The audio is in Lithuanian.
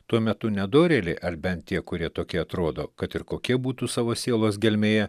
tuo metu nedorėliai ar bent tie kurie tokie atrodo kad ir kokie būtų savo sielos gelmėje